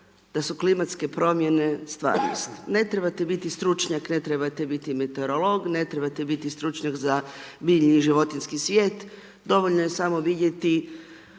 da su klimatske promjene stvarnost. Ne trebate biti stručnjak, ne trebate biti meteorolog, ne trebate biti stručnjak za biljni i životinjski svijet, dovoljno je samo vidjeti